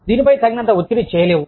దీనిపై తగినంత ఒత్తిడి చేయలేవు